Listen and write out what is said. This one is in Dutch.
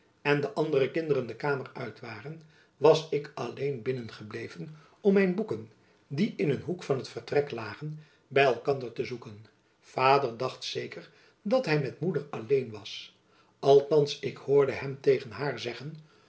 en de andere kinderen de kamer uit waren was ik alleen binnen gebleven om mijn boeken die in een hoek van het vertrek lagen by elkander te zoeken vader dacht zeker dat hy met moeder alleen was althands ik hoorde hem tegen haar zeggen